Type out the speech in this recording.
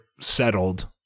settled